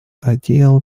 ideal